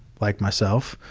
like myself,